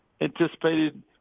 anticipated